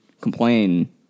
complain